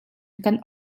kan